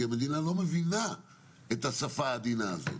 כי המדינה לא מבינה את השפה העדינה.